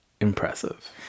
impressive